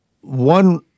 one